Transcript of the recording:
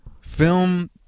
film